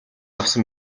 авсан